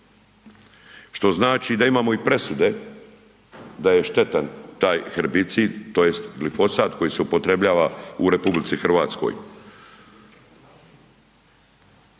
što znači da imamo i presude da je štetan taj herbicid tj. glifosat koji se upotrebljava u RH. U RH kao